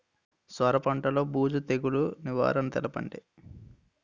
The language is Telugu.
సొర పంటలో బూజు తెగులు నివారణ తెలపండి?